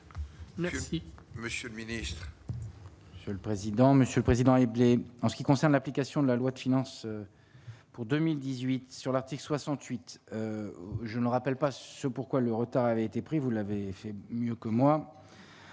Merci, monsieur le Ministre. Monsieur le président, Monsieur le Président et blé en ce qui concerne l'application de la loi de finances pour 2018 sur l'article 68, je ne me rappelle pas ce pour quoi le retard a été pris, vous l'avez fait mieux que moi,